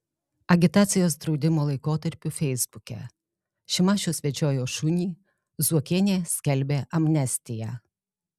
agitacijos draudimo laikotarpiu feisbuke šimašius vedžiojo šunį zuokienė skelbė amnestiją